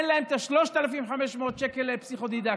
אין להם את ה-3,500 שקלים לפסיכו-דידקטי.